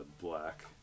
black